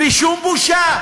בלי שום בושה,